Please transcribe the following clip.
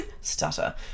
Stutter